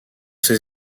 ses